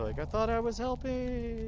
like, i thought i was helping.